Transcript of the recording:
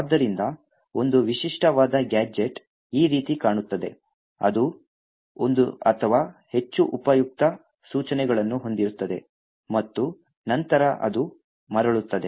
ಆದ್ದರಿಂದ ಒಂದು ವಿಶಿಷ್ಟವಾದ ಗ್ಯಾಜೆಟ್ ಈ ರೀತಿ ಕಾಣುತ್ತದೆ ಅದು ಒಂದು ಅಥವಾ ಹೆಚ್ಚು ಉಪಯುಕ್ತ ಸೂಚನೆಗಳನ್ನು ಹೊಂದಿರುತ್ತದೆ ಮತ್ತು ನಂತರ ಅದು ಮರಳುತ್ತದೆ